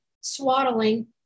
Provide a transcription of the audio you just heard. swaddling